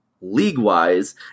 league-wise